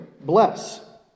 bless